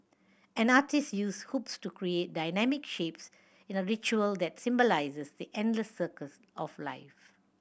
an artiste use hoops to create dynamic shapes in a ritual that symbolises the endless circles of life